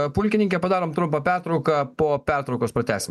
pulkininke padarome trumpą pertrauką po pertraukos pratęsim